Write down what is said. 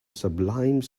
sublime